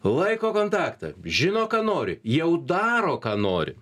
laiko kontaktą žino ką nori jau daro ką nori